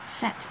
set